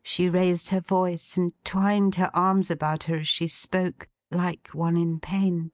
she raised her voice and twined her arms about her as she spoke, like one in pain.